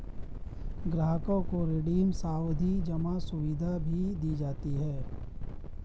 ग्राहकों को रिडीम सावधी जमा सुविधा भी दी जाती है